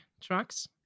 trucks